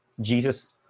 Jesus